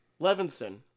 Levinson